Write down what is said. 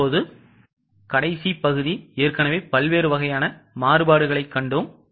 இப்போது கடைசி பகுதி ஏற்கனவே பல்வேறு வகையான மாறுபாடுகளைக் கண்டோம்